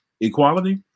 equality